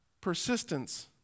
Persistence